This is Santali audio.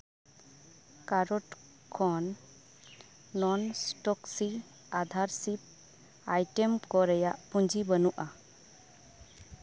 ᱠᱟᱨᱚᱴ ᱠᱷᱚᱱ ᱱᱚᱱᱴᱚᱠᱥᱤ ᱟᱫᱷᱟᱨ ᱥᱤᱯ ᱟᱭᱴᱮᱢ ᱠᱚᱨᱮᱱᱟᱜ ᱯᱩᱸᱡᱤ ᱵᱟᱹᱱᱩᱜᱼᱟ